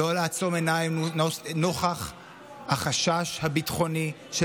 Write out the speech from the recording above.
לא לעצום עיניים נוכח החשש הביטחוני של